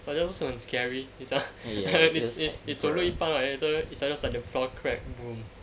but then 不是很 scary 你你你走路一半 right then later it's just like the floor crack boom